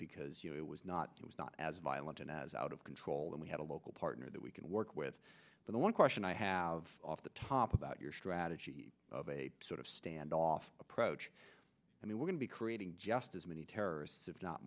because you know it was not it was not as violent and as out of control and we had a local partner that we can work with the one question i have off the top about your strategy of a sort of standoff approach i mean we're going to be creating just as many terrorists if not